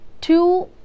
Two